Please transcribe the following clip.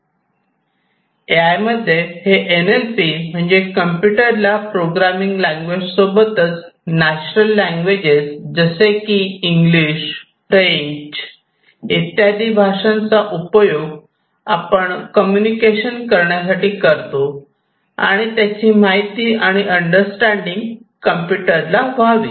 ए I मध्ये हे N L P म्हणजे कम्प्युटरला प्रोग्रामिंग लैंग्वेज सोबतच नॅचरल लँग्वेजेस जसे की इंग्लिश फ्रेंच इत्यादी भाषांचा उपयोग आपण कम्युनिकेशन करण्यासाठी करतो त्याची माहिती आणि अंडरस्टॅंडिंग कम्प्युटरला व्हावी